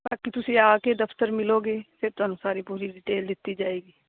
ਬਾਕੀ ਤੁਸੀਂ ਆਕੇ ਦਫ਼ਤਰ ਮਿਲੋਗੇ ਫਿਰ ਤੁਹਾਨੂੰ ਸਾਰੀ ਪੂਰੀ ਡਿਟੇਲ ਦਿੱਤੀ ਜਾਏਗੀ